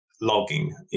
logging